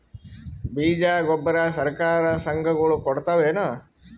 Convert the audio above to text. ಬೀಜ ಗೊಬ್ಬರ ಸರಕಾರ, ಸಂಘ ಗಳು ಕೊಡುತಾವೇನು?